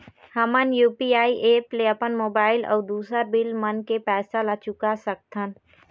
हमन UPI app ले अपन मोबाइल अऊ दूसर बिल मन के पैसा ला चुका सकथन